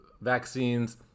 vaccines